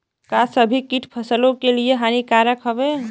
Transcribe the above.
का सभी कीट फसलों के लिए हानिकारक हवें?